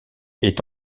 est